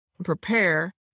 prepare